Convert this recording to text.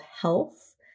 Health